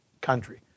country